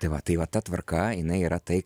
tai va tai va ta tvarka jinai yra tai